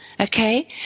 Okay